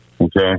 Okay